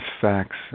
facts